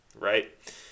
right